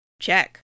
Check